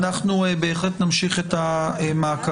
אנחנו בהחלט נמשיך את המעקב.